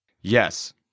Yes